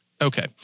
Okay